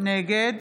נגד